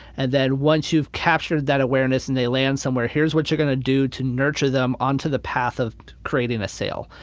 and then once you've captured that awareness and they land somewhere, here's what you're going to do to nurture them onto the path of creating a sale.